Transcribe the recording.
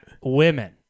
women